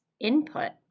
input